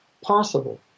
possible